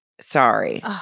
Sorry